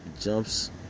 Jumps